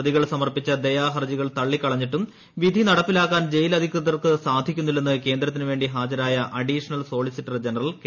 പ്രതികൾ സമർപ്പിച്ച ദയാഹർജികൾ തള്ളിക്കളഞ്ഞിട്ടും വിധി നടപ്പിലാക്കാൻ ജയിൽ അധികൃതർക്ക് സാധിക്കുന്നില്ലെന്ന് കേന്ദ്രത്തിന് വേണ്ടി ഹാജരായ അഡീഷണൽ സോളിസിറ്റർ ജനറൽ കെ